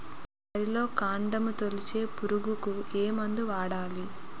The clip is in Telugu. వరిలో కాండము తొలిచే పురుగుకు ఏ మందు వాడాలి?